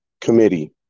committee